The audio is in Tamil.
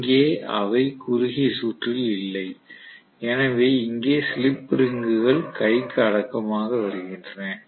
இங்கே அவை குறுகிய சுற்றில் இல்லை எனவே இங்கே ஸ்லிப் ரிங்குகள் கைக்கு அடக்கமாக வருகின்றன